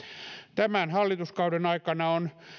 tämän hallituskauden aikana on